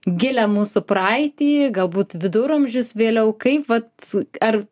gilią mūsų praeitį galbūt viduramžius vėliau kaip vat ar